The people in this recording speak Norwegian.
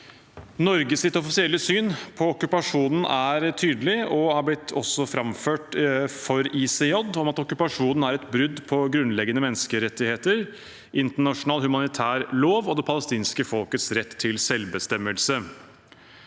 Norges offisielle syn på okkupasjonen er tydelig og er også blitt framført for ICJ: «Okkupasjonen er et brudd på grunnleggende menneskerettigheter, internasjonal humanitær lov og det palestinske folkets rett til selvbestemmelse.»